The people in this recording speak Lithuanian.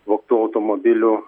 vogtų automobilių